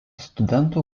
studentų